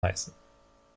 heißen